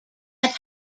that